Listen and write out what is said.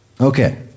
Okay